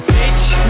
Bitch